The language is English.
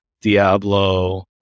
diablo